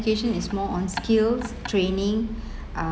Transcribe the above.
education is more on skills training uh